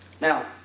Now